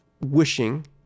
wishing